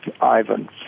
Ivan